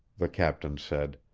the captain said.